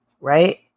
right